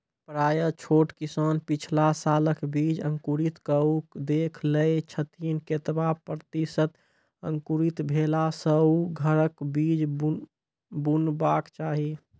प्रायः छोट किसान पिछला सालक बीज अंकुरित कअक देख लै छथिन, केतबा प्रतिसत अंकुरित भेला सऽ घरक बीज बुनबाक चाही?